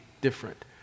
different